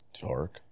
Dark